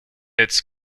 its